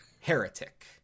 Heretic